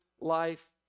life